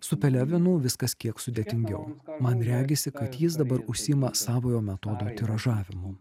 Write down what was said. su pelevinu viskas kiek sudėtingiau man regisi kad jis dabar užsiima savojo metodo tiražavimu